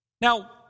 Now